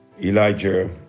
Elijah